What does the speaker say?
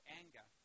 anger